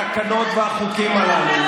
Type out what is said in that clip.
התקנות והחוקים הללו,